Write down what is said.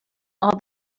all